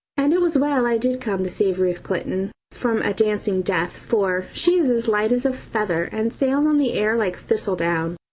and it was well i did come to save ruth clinton from a dancing death, for she is as light as a feather and sails on the air like thistle-down.